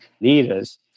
leaders